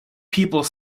people